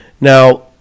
Now